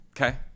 Okay